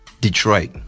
Detroit